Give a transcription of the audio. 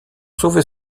sauver